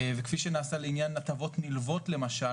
וכפי שנעשה לעניין הטבות נלוות למשל,